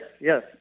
Yes